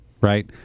right